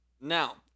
Now